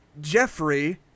Jeffrey